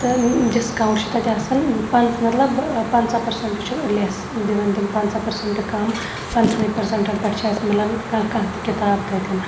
تہٕ ڈِسکاوُںٛٹ چھُ تَتہِ آسان پنٛژ مطلب پنٛژاہ پٔرسَںٛٹ چھُ لٮ۪س دِوان تِم پنٛژاہ پٔرسنٛٹ کَم پنٛژٕہَنٕے پٔرسنٛٹَن پٮ۪ٹھ چھِ اَسہِ مِلان کانٛہہ کانٛہہ تہِ کِتاب تَتٮ۪ن